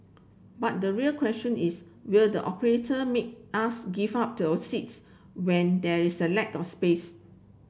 but the real question is will the operator make us give up to ours seats when there's a lack of space